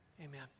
amen